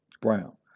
Brown